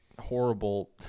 horrible